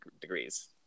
Degrees